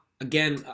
again